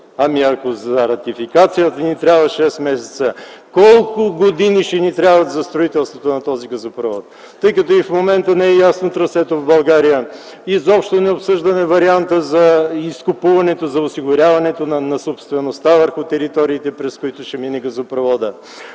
Ами, ако за ратификацията ни трябват 6 месеца, колко години ще ни трябват за строителството на този газопровод? И в момента не е ясно трасето в България, изобщо не обсъждаме варианта за изкупуването, за осигуряването на собствеността върху териториите, през които ще мине газопровода.